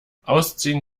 ausziehen